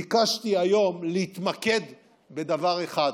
ביקשתי היום להתמקד בדבר אחד: